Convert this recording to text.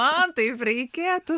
man taip reikėtų